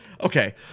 Okay